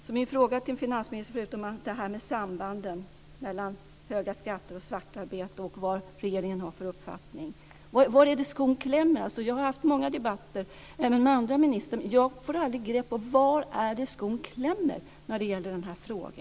Min fråga till finansministern, förutom detta med sambanden mellan höga skatter och svartarbete och vad regeringen har för uppfattning, är: Var är det skon klämmer? Jag har haft många debatter även med andra ministrar, men jag får aldrig grepp om var det är skon klämmer när det gäller denna fråga.